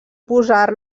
posar